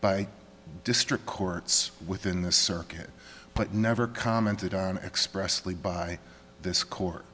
by district courts within the circuit but never commented on expressly by this court